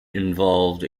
involved